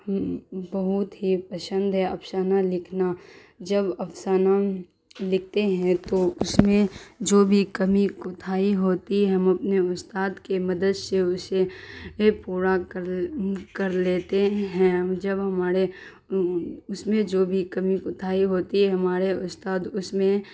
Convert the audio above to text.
بہت ہی پسند ہے افسانہ لکھنا جب افسانہ ہم لکھتے ہیں تو اس میں جو بھی کمی کوتائی ہوتی ہے ہم اپنے استاد کے مدد سے اسے پورا کر کر لیتے ہیں جب ہمارے اس میں جو بھی کمی کوتاہی ہوتی ہے ہمارے استاد اس میں